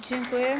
Dziękuję.